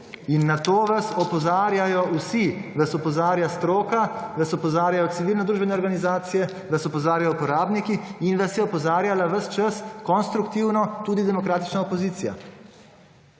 In na to vas opozarjajo vsi, vas opozarja stroka, vas opozarjajo civilno-družbene organizacije, vas opozarjajo uporabniki in vas je opozarjala ves čas kontruktivno tudi demokratična opozicija.